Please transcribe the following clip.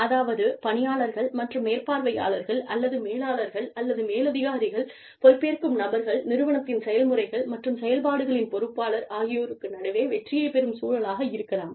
அதாவது பணியாளர்கள் மற்றும் மேற்பார்வையாளர்கள் அல்லது மேலாளர்கள் அல்லது மேலதிகாரிகள் பொறுப்பேற்கும் நபர்கள் நிறுவனத்தின் செயல்முறைகள் மற்றும் செயல்பாடுகளின் பொறுப்பாளர் ஆகியோருக்கு நடுவே வெற்றியைப் பெறும் சூழலாக இருக்கலாம்